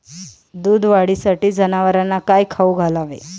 दूध वाढीसाठी जनावरांना काय खाऊ घालावे?